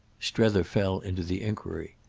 strether fell into the enquiry.